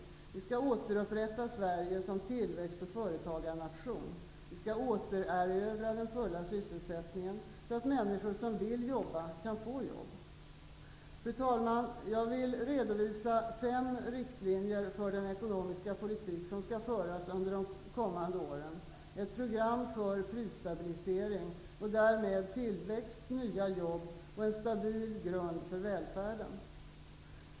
Vi skall återupprätta Sverige som tillväxt och företagarnation. Vi skall återerövra den fulla sysselsättningen, så att människor som vill jobba kan få jobb. Fru talman! Jag vill redovisa fem riktlinjer för den ekonomiska politik som skall föras under de kommande åren -- ett program för prisstabilisering och därmed tillväxt, nya jobb och en stabil grund för välfärden.